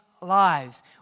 lives